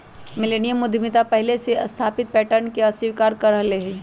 millennium उद्यमिता पहिले से स्थापित पैटर्न के अस्वीकार कर रहल हइ